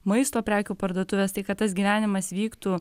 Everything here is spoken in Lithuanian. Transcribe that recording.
maisto prekių parduotuvės tai kad tas gyvenimas vyktų